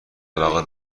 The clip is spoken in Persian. علاقه